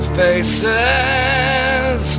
faces